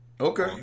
Okay